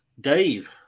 Dave